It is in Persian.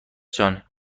جان